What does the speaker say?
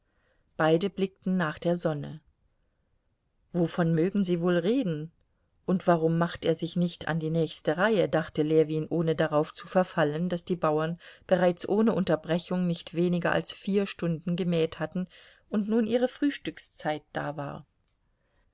beide blickten nach der sonne wovon mögen sie wohl reden und warum macht er sich nicht an die nächste reihe dachte ljewin ohne darauf zu verfallen daß die bauern bereits ohne unterbrechung nicht weniger als vier stunden gemäht hatten und nun ihre frühstückszeit da war